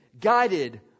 guided